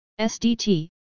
SDT